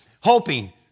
hoping